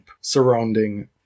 surrounding